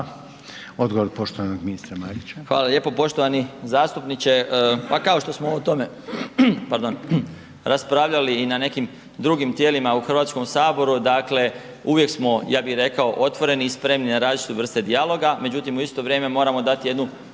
Odgovor poštovanog ministra Marića.